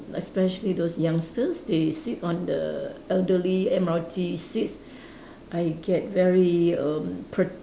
especially those youngsters they sit on the elderly M_R_T seats I get very erm pr~